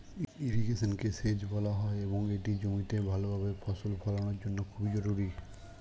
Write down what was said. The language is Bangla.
ইরিগেশনকে সেচ বলা হয় এবং এটা জমিতে ভালোভাবে ফসল ফলানোর জন্য খুবই জরুরি